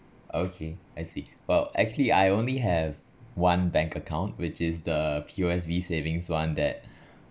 okay I see !whoa! actually I only have one bank account which is the P_O_S_B savings one that